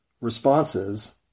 responses